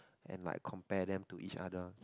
and like compare them to each other